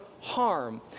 harm